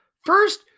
First